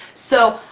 so,